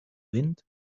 wind